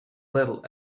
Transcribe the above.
little